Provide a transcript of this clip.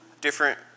different